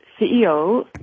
CEO